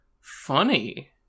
funny